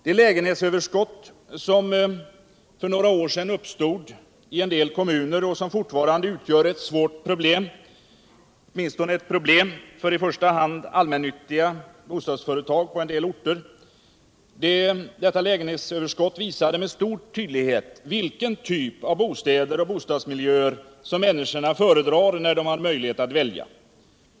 Det lägenhetsöverskott som för några år sedan uppstod i en del kommuner - och sora fortfarande utgör ett problem för i första hand allmännyttiga bostadsföretag på en del orter — visade med stor tydlighet vilken typ av bostäder och bostadsmiljöer som människorna föredrar när de har möjlighet att välja.